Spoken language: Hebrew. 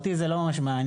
אותי זה לא ממש מעניין.